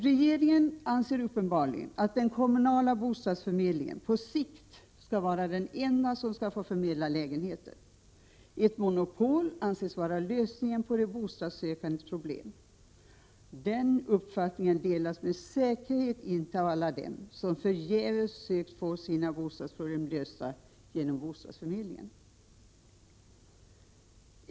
Regeringen anser uppenbarligen att den kommunala bostadsförmedlingen på sikt skall vara den enda som skall få förmedla lägenheter. Ett monopol anses vara lösningen på de bostadssökandes problem. Denna uppfattning delas med säkerhet inte av alla dem som förgäves sökt få sina bostadsproblem lösta genom bostadsförmedlingen.